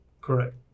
Correct